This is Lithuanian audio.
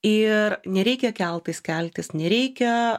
ir nereikia keltais keltis nereikia